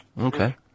Okay